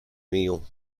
meal